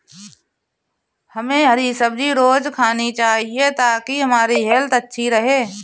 हमे हरी सब्जी रोज़ खानी चाहिए ताकि हमारी हेल्थ अच्छी रहे